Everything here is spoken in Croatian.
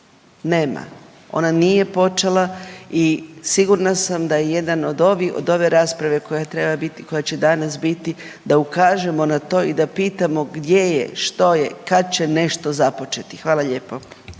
nema, ona nije počela i sigurna sam da je jedan od ove rasprave koja treba biti, koja će danas biti da ukažemo na to i da pitamo gdje je, što je i kad će nešto započeti. Hvala lijepo.